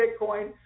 Bitcoin